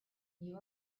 you